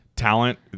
Talent